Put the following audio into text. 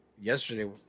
yesterday